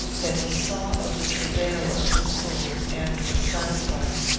that he saw of the travail of his soul, and was satisfied,